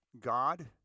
God